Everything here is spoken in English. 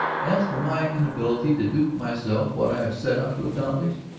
as for my inability to do for myself what i have set out to accomplish.